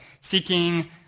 seeking